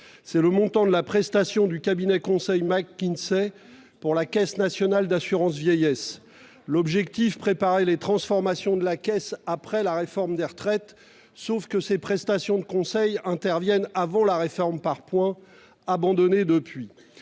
Le montant de la prestation du cabinet de conseil McKinsey pour la Caisse nationale d'assurance vieillesse s'élève à 957 674,20 euros. L'objectif est de préparer les transformations de la Caisse après la réforme des retraites. Sauf que ces prestations de conseil interviennent avant la réforme par points, abandonnée depuis